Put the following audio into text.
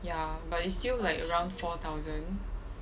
ya but is still like around four thousand